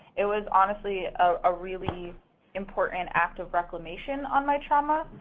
it was honestly a really important act of reclamation on my trauma,